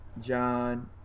John